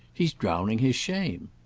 he's drowning his shame.